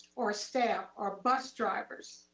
or staff, or but drivers,